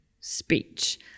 speech